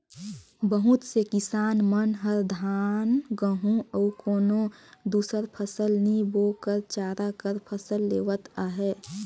बहुत से किसान मन हर धान, गहूँ अउ कोनो दुसर फसल नी बो कर चारा कर फसल लेवत अहे